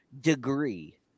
degree